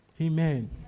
Amen